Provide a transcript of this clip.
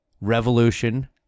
Revolution